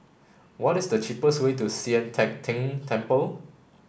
what is the cheapest way to Sian Teck Tng Temple